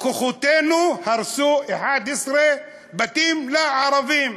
כוחותינו הרסו 11 בתים לערבים.